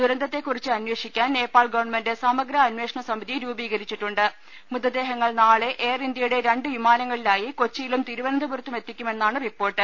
ദുരന്തത്തെക്കുറിച്ച് അന്വേഷിക്കാൻ നേപ്പാൾ ഗവൺമെന്റ് സമഗ്ര അന്വേഷണ സമിതി രൂപീകരിച്ചിട്ടുണ്ട് മൃതദേഹങ്ങൾ നാളെ എയർഇന്ത്യയുടെ രണ്ട് വിമാനങ്ങളിലായി കൊച്ചിയിലും തിരുവനന്തപുരത്തും എത്തിക്കുമെന്നാണ് റിപ്പോർട്ട്